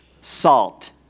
salt